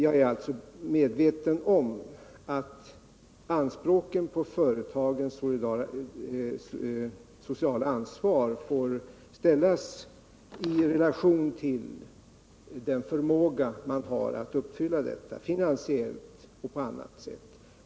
Jag är alltså medveten om att anspråken på företagens sociala ansvar får ställas i relation till deras förmåga att uppfylla kraven, finansiellt och på annat sätt.